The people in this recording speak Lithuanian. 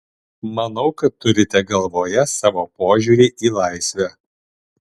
manau kad turite galvoje savo požiūrį į laisvę